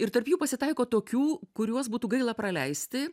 ir tarp jų pasitaiko tokių kuriuos būtų gaila praleisti